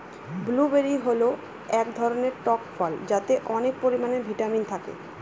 blueberry হল এক ধরনের টক ফল যাতে অনেক পরিমানে ভিটামিন থাকে